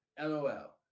lol